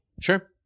Sure